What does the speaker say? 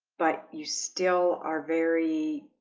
but you still are very